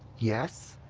yes?